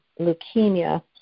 leukemia